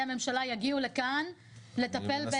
הממשלה יגיעו לכאן לטפל בתושבי העוטף.